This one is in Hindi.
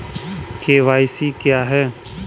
के.वाई.सी क्या है?